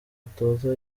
atoza